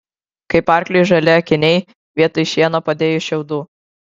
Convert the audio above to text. kaip arkliui žali akiniai vietoj šieno padėjus šiaudų